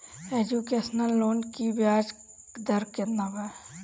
Education loan की ब्याज दर केतना बा?